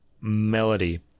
melody